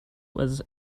was